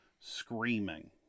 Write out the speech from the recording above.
screaming